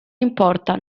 importa